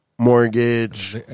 mortgage